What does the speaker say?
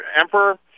emperor